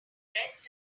best